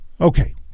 Okay